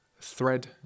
thread